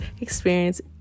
experience